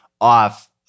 off